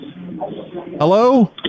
hello